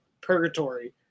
purgatory